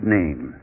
name